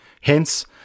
Hence